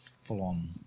full-on